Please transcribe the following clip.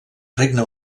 regne